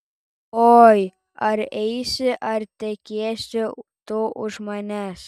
oi ar eisi ar tekėsi tu už manęs